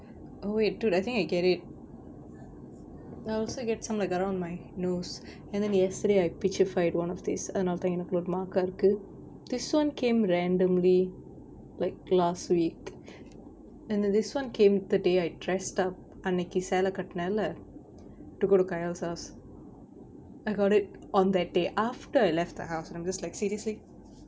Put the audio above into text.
oh wait dude I think I get it I also get some like around my nose and then yesterday I one of this அதுனால தா எனக்குல:athunaala tha enakkula mark ah இருக்கு:irukku this one came randomly like last week and then this one came the day I dressed up அன்னைக்கு சேல கட்னெல்ல:annaikku sela katnella to go to kayal's house I got it on that day after I left the house and I'm just like seriously